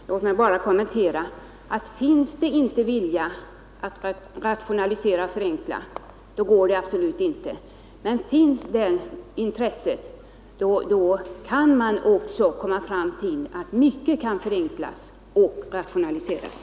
Herr talman! Låt mig bara göra den kommentaren att finns inte viljan att rationalisera och förenkla går det absolut inte att göra det; finns däremot intresset kan mycket förenklas och rationaliseras.